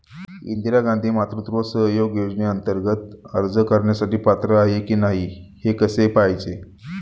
इंदिरा गांधी मातृत्व सहयोग योजनेअंतर्गत अर्ज करण्यासाठी पात्र आहे की नाही हे कसे पाहायचे?